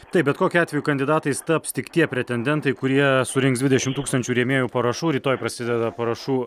taip bet kokiu atveju kandidatais taps tik tie pretendentai kurie surinks dvidešimt tūkstančių rėmėjų parašų rytoj prasideda parašų